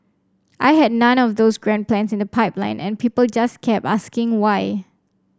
I had none of those grand plans in the pipeline and people just kept asking why